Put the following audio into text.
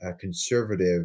conservative